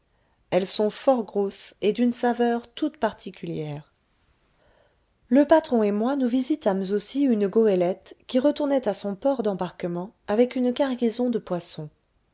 elles sont fort grosses et d'une saveur toute particulière le patron et moi nous visitâmes aussi une goélette qui retournait à son port d'embarquement avec une cargaison de poissons